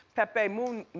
pepe munoz.